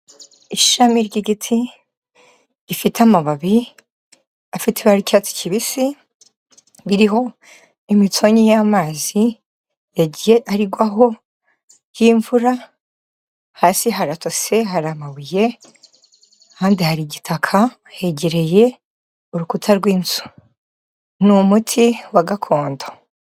Ishami ry'igiti gifite amababi afite ibara ry'icyatsi kibisi, iriho imitonyi y'amazi yagiye arigwaho y'imvura. Hasi haratose, hari amabuye kandi hari igitaka hegereye urukuta rw'inzu. Ni umuti wa gakondo.